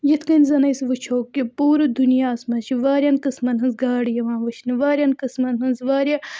یِتھ کٔنۍ زَنہٕ أسۍ وٕچھو کہِ پوٗرٕ دُنیاہَس منٛز چھِ واریاہَن قٕسمَن ہٕنٛز گاڈٕ یِوان وٕچھنہٕ واریاہَن قٕسمَن ہٕنٛز واریاہ